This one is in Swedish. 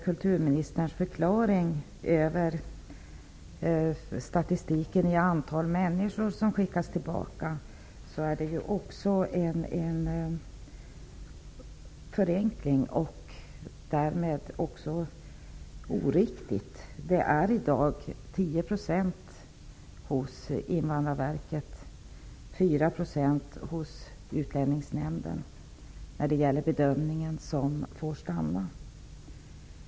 Kulturministerns förklaring till statistiken över antal människor som skickas tillbaka är en förenkling, och den är därmed också oriktig. Det är i dag 10 % som får stanna efter Invandrarverkets bedömning och 4 % som får stanna efter Utlänningsnämndens bedömning.